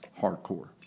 hardcore